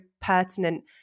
pertinent